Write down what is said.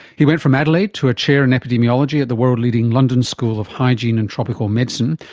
he went from adelaide to a chair in epidemiology at the world leading london school of hygiene and tropical medicine,